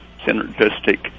synergistic